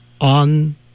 on